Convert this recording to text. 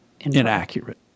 inaccurate